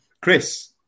Chris